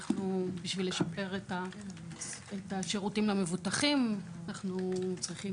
בשביל לשפר את השירותים למבוטחים אנחנו צריכים